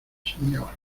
señor